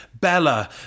Bella